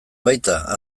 baita